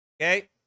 okay